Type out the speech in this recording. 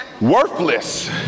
Worthless